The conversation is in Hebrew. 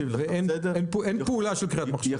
אין פעולה של קריאת מחשב.